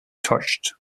touched